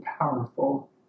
powerful